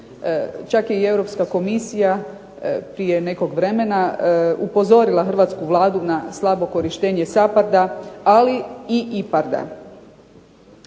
Čak je i Europska komisija prije nekog vremena upozorila hrvatsku Vladu na slabo korištenje SAPARD-a, ali i IPARD-a.